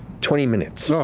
twenty minutes.